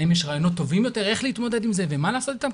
האם יש רעיונות טובים יותר איך להתמודד עם זה ומה לעשות איתם?